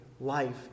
life